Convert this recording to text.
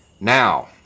Now